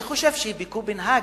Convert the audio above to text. אני חושב שבקופנהגן